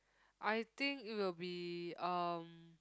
I think it will be um